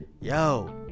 yo